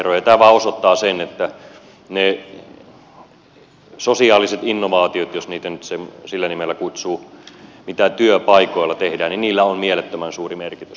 tämä vain osoittaa sen että niillä sosiaalisilla innovaatioilla jos niitä nyt sillä nimellä kutsuu mitä työpaikoilla tehdään on mielettömän suuri merkitys